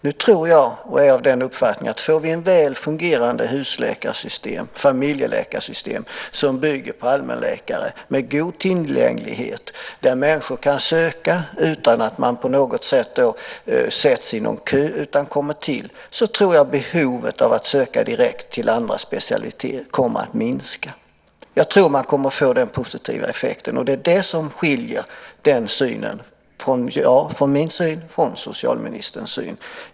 Nu har jag den uppfattningen att om vi får ett väl fungerande familjeläkarsystem, som bygger på allmänläkare med god tillgänglighet och som människor kan söka sig till utan att på något vis sättas i kö, kommer behovet av att söka direkt till andra specialiteter att minska. Jag tror att man kommer att få den positiva effekten, och det är det som skiljer min syn från socialministerns syn.